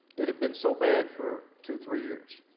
it had been so bad for two, three years,